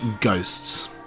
ghosts